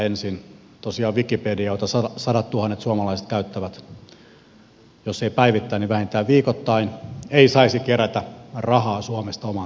ensin tosiaan wikipedia jota sadattuhannet suomalaiset käyttävät jos ei päivittäin niin vähintään viikoittain ei saisi kerätä rahaa suomesta omaan toimintaansa